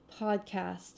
podcast